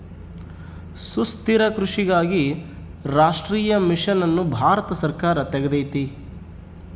ಸುಸ್ಥಿರ ಕೃಷಿಗಾಗಿ ರಾಷ್ಟ್ರೀಯ ಮಿಷನ್ ಅನ್ನು ಭಾರತ ಸರ್ಕಾರ ತೆಗ್ದೈತೀ